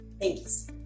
Thanks